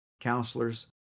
counselors